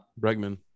bregman